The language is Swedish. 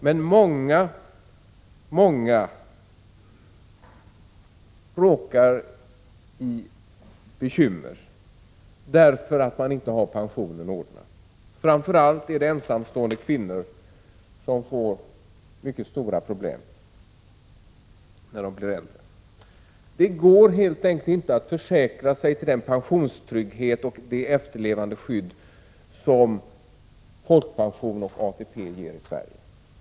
Men många, många får bekymmer därför att de inte har pensionen ordnad. Framför allt är det ensamstående kvinnor som får stora problem när de blir äldre. Det går helt enkelt inte att försäkra sig till den pensionstrygghet och det efterlevandeskydd som folkpension och ATP ger i Sverige.